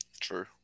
True